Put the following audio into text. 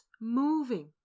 moving